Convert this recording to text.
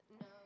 no